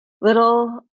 little